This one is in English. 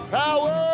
power